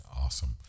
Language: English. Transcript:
awesome